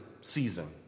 season